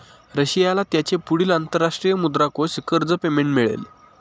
रशियाला त्याचे पुढील अंतरराष्ट्रीय मुद्रा कोष कर्ज पेमेंट मिळेल